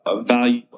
Value